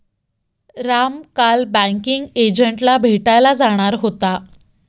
राम काल बँकिंग एजंटला भेटायला जाणार होता